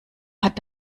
hat